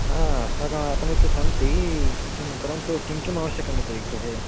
हा अस्माकमापणे तु सन्ति किं परन्तु किं किम् आवश्यकमिति गृहे